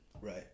Right